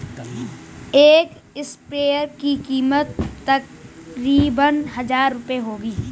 एक स्प्रेयर की कीमत तकरीबन हजार रूपए होगी